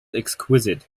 exquisite